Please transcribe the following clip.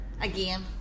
Again